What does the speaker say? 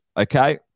okay